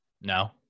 No